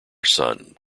sun